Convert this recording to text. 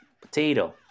potato